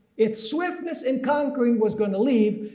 its swiftness in conquering was going to leave,